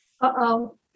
Uh-oh